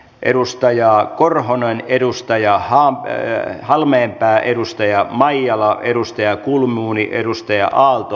edustaja korhonen edustaja halmeenpää edustaja maijala edustaja kulmuni edustaja aalto